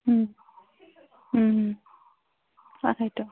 তাকেইতো